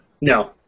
No